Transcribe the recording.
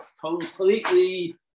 completely